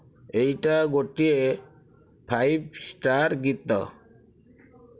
ଏଇଟା ଗୋଟିଏ five star ଗୀତ